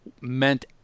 meant